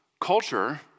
culture